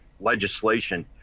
legislation